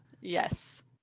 Yes